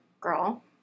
girl